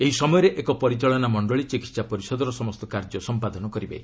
ଏହି ସମୟରେ ଏକ ପରିଚାଳନା ମଣ୍ଡଳୀ ଚିକିତ୍ସା ପରିଷଦର ସମସ୍ତ କାର୍ଯ୍ୟ ସମ୍ପାଦନ କରିବେ